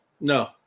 No